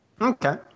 Okay